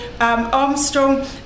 Armstrong